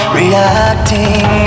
reacting